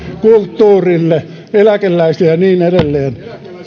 kulttuurille eläkeläisille ja niin edelleen